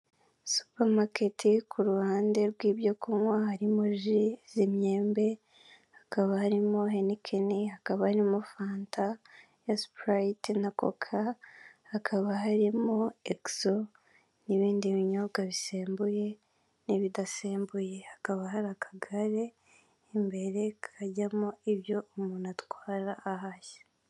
Supamaketi ku ruhande rw ibyo kunywa harimo Juis z'imyembe kabarimo heineken akaba arimo Fanta yasupuriyiti na coca-cola hakaba harimo exo n'ibindi binyobwa bisembuye n'ibidasembuye hakaba hari akagare imbere kajyamo ibyo umuntu atwara ahashye.